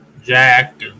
Jack